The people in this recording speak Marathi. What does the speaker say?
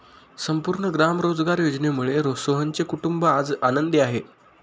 संपूर्ण ग्राम रोजगार योजनेमुळे सोहनचे कुटुंब आज आनंदी आहे